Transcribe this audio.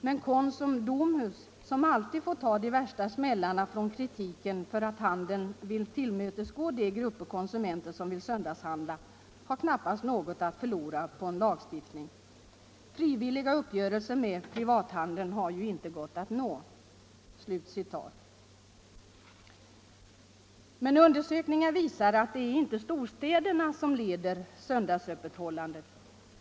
Men Konsum/Domus, som alltid får ta de värsta smällarna från kritiken för att handeln vill tillmötesgå de grupper konsumenter som vill söndagshandla, har knappast något att förlora på en lagstiftning. Frivilliga uppgörelser med privathandeln har ju inte gått att nå.” Men undersökningar visar att det inte är storstäderna som leder söndagsöppethållandet.